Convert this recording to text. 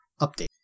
update